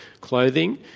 clothing